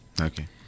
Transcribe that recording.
Okay